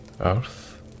Earth